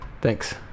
Thanks